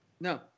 No